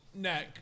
neck